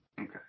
Okay